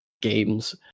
games